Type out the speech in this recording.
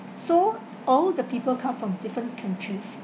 so all the people come from different countries